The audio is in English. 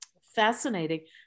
fascinating